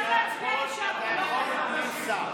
אפשר להצביע ישר, אתה לא חייב.